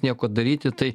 nieko daryti tai